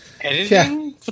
Editing